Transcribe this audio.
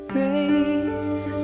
Grace